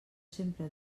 sempre